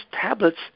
tablets